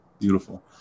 Beautiful